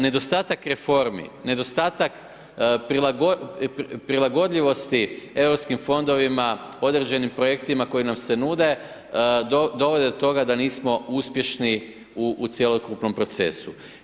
Nedostatak reformi, nedostatak prilagodljivosti EU fondovima, određenim projektima koji nam se nude, dovode do toga da nismo uspješni u cjelokupnom procesu.